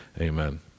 Amen